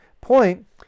point